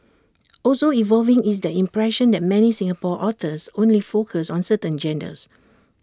also evolving is the impression that many Singapore authors only focus on certain genres